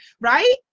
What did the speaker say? right